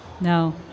no